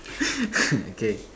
okay